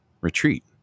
retreat